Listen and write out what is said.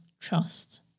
trust